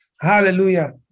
Hallelujah